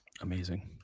Amazing